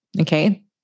Okay